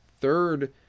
third